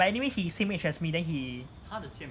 but anyway he's same age as me then he